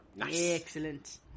Excellent